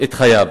את חייו,